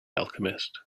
alchemist